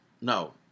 no